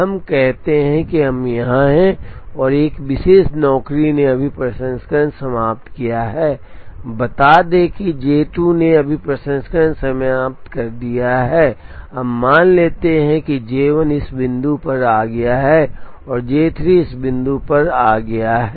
हम कहते हैं कि हम यहां हैं और एक विशेष नौकरी ने अभी प्रसंस्करण समाप्त किया है बता दें कि जे 2 ने अभी प्रसंस्करण समाप्त कर दिया है अब मान लेते हैं कि जे 1 इस बिंदु पर आ गया है और जे 3 इस बिंदु पर आ गया है